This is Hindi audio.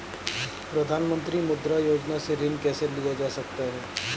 प्रधानमंत्री मुद्रा योजना से ऋण कैसे लिया जा सकता है?